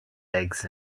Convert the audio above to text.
eggs